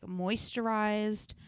moisturized